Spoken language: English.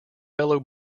fellow